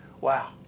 wow